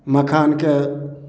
मखानके